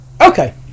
Okay